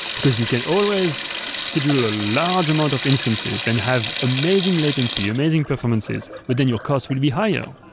because you can always schedule ah large amount of instances and have amazing latency, amazing performances, but then your cost will be higher.